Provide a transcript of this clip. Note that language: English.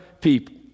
people